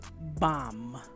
bomb